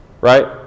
right